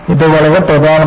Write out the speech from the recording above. ഇത് വളരെ പ്രധാനമാണ്